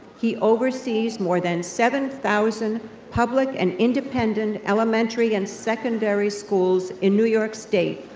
he oversees more than seven thousand public and independent elementary and secondary schools in new york state,